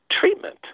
treatment